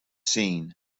seen